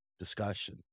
Discussion